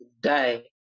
die